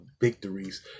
victories